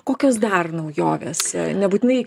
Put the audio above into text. kokios dar naujovės nebūtinai